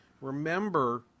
remember